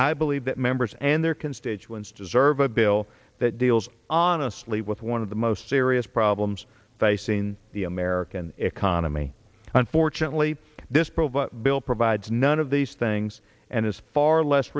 i believe that members and their constituents deserve a bill that deals honestly with why of the most serious problems facing the american economy unfortunately this provo bill provides none of these things and is far less